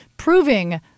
proving